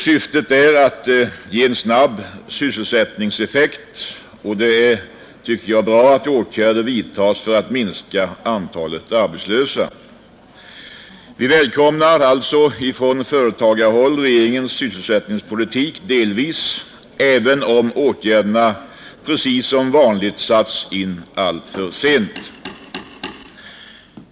Syftet är att ge en snabb sysselsättningseffekt, och det är, tycker jag, bra att åtgärder vidtas för att minska antalet arbetslösa. Från företagarhåll välkomnar vi delvis regeringens sysselsättningspolitik, även om åtgärderna precis som vanligt satts in alltför sent.